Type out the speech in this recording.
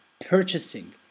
purchasing